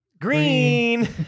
green